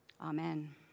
Amen